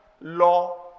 law